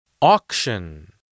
Auction